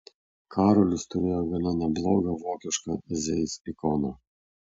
karolis turėjo gana neblogą vokišką zeiss ikoną